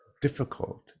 difficult